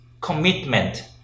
Commitment